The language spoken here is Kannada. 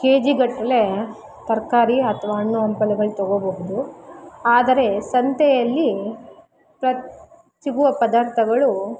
ಕೆ ಜಿಗಟ್ಟಲೆ ತರಕಾರಿ ಅಥವಾ ಹಣ್ಣು ಹಂಪಲುಗಳು ತಗೊಬೋದು ಆದರೆ ಸಂತೆಯಲ್ಲಿ ಪ್ರ ಸಿಗುವ ಪದಾರ್ಥಗಳು